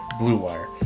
BLUEWIRE